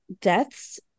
deaths